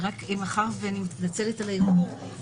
אני מתנצלת על האיחור.